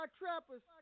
trappers